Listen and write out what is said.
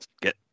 get